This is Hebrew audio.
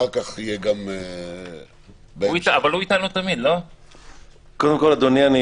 קודם כל אדוני,